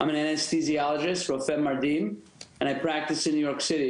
אני רופא מרדים ואני עוסק ברפואה בניו-יורק.